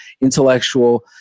intellectual